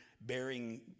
bearing